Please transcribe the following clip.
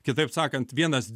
kitaip sakant vienas